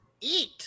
Eat